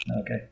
okay